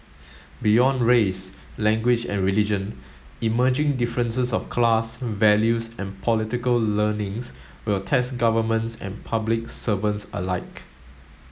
beyond race language and religion emerging differences of class values and political learnings will test governments and public servants alike